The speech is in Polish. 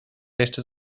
jeszcze